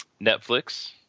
Netflix